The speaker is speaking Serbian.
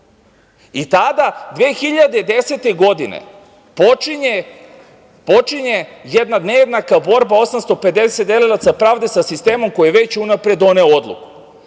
2010. godine počinje jedna nejednaka borba 850 delilaca pravde sa sistemom koji je već unapred doneo odluku,